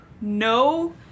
No